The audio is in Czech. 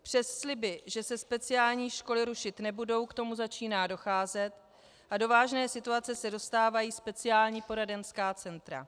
Přes sliby, že se speciální školy rušit nebudou, k tomu začíná docházet a do vážné situace se dostávají speciální poradenská centra.